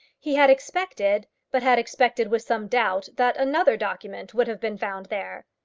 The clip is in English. he had expected, but had expected with some doubt, that another document would have been found there.